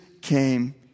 came